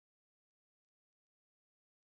beside them I see